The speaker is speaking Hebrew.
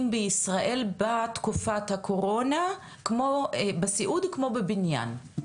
בישראל בתקופת הקורונה בסיעוד כמו בבניין?